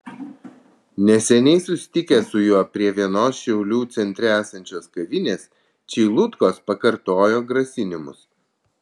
neseniai susitikę su juo prie vienos šiaulių centre esančios kavinės čeilutkos pakartojo grasinimus